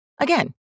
Again